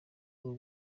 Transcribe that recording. uwo